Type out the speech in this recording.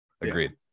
agreed